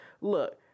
look